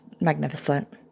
magnificent